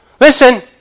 Listen